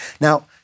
Now